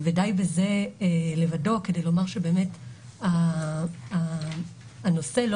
די בזה לבדו כדי לומר שבאמת הנושא לא